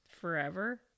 Forever